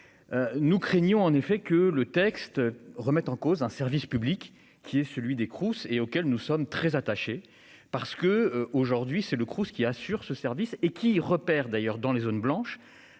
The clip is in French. Nous craignons en effet que le texte remettent en cause un service public qui est celui des Crous et auquel nous sommes très attachés parce que aujourd'hui c'est le CROUS qui assure ce service et qui repère d'ailleurs dans les zones blanches.